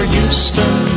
Houston